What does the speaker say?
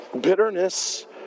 bitterness